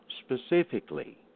specifically